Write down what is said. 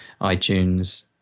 iTunes